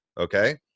okay